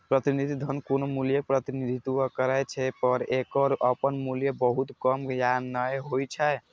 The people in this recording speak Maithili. प्रतिनिधि धन कोनो मूल्यक प्रतिनिधित्व करै छै, पर एकर अपन मूल्य बहुत कम या नै होइ छै